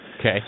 Okay